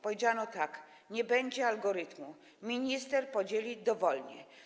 Powiedziano tak: Nie będzie algorytmu, minister podzieli dowolnie.